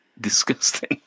Disgusting